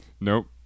nope